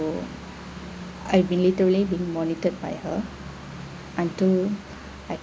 I been literally being monitored by her until I